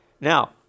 Now